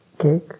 cake